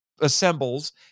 assembles